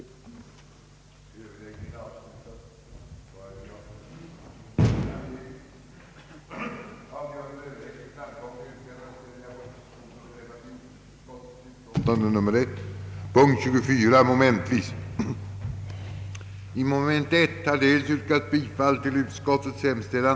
en intagning av tills vidare cirka 30 elever per år men med utrymme för vidareutbildning samt för viss expansion om efterfrågan på skogstekniker ökade. Av skogsinstituten skulle ett förläggas till norra och ett till södra Sverige.